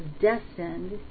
destined